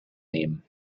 nehmen